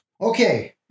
Okay